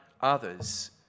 others